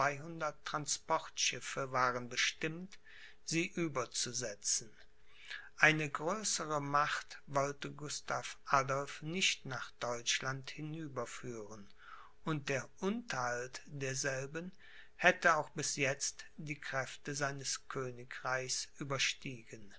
transportschiffe waren bestimmt sie überzusetzen eine größere macht wollte gustav adolph nicht nach deutschland hinüberführen und der unterhalt derselben hätte auch bis jetzt die kräfte seines königreichs überstiegen